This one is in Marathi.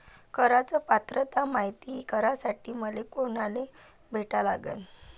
कराच पात्रता मायती करासाठी मले कोनाले भेटा लागन?